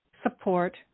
support